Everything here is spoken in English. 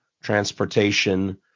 transportation